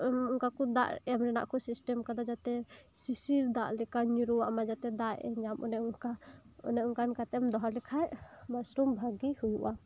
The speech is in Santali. ᱠᱚ ᱫᱟᱜ ᱮᱢ ᱫᱟᱜ ᱥᱤᱥᱴᱮᱢ ᱟᱠᱟᱫᱟ ᱡᱟᱛᱮ ᱥᱤᱥᱤᱨ ᱫᱟᱜ ᱞᱮᱠᱟ ᱧᱩᱨᱩᱣᱟᱜ ᱢᱟ ᱡᱟᱛᱮ ᱫᱟᱜ ᱮ ᱧᱟᱢ ᱚᱱᱮ ᱚᱱᱠᱟ ᱚᱱᱮ ᱚᱱᱠᱟ ᱠᱟᱛᱮᱢ ᱫᱚᱦᱚ ᱞᱮᱠᱷᱟᱱ ᱢᱟᱥᱨᱩᱢ ᱵᱷᱟᱹᱜᱤ ᱦᱩᱭᱩᱜᱼᱟ